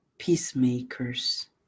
peacemakers